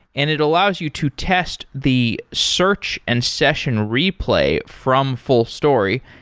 and it allows you to test the search and session replay from fullstory.